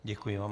Děkuji vám.